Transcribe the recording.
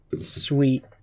Sweet